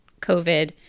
covid